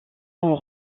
ont